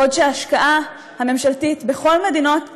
בעוד ההשקעה הממשלתית בכל מדינות ה-OECD,